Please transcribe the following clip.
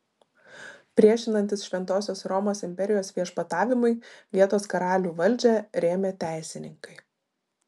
priešinantis šventosios romos imperijos viešpatavimui vietos karalių valdžią rėmė teisininkai